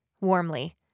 Warmly